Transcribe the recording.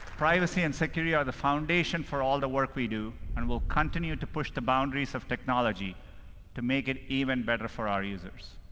privacy and security are the foundation for all the work we do. and we'll continue to push the boundaries of technology to make it even better for our users.